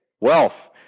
wealth